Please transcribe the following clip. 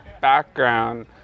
background